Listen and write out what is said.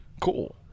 Cool